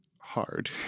hard